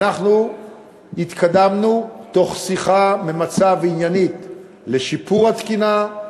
אנחנו התקדמנו תוך שיחה ממצה ועניינית לשיפור התקינה,